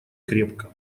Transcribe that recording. крепко